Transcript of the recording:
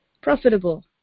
profitable